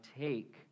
take